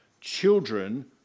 children